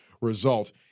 result